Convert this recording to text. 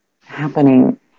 happening